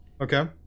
Okay